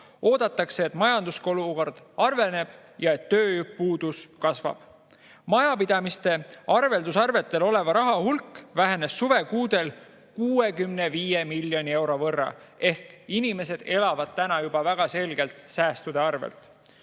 Eeldatakse, et majandusolukord halveneb ja tööpuudus kasvab. Majapidamiste arveldusarvetel oleva raha hulk vähenes suvekuudel 65 miljoni euro võrra, ehk inimesed elavad juba praegu väga selgelt säästude arvelt.